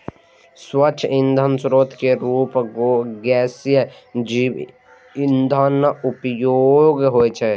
स्वच्छ ईंधनक स्रोत के रूप मे गैसीय जैव ईंधनक उपयोग होइ छै